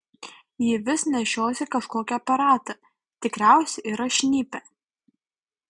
ji vis nešiojasi kažkokį aparatą tikrai yra šnipė